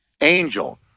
angel